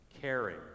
caring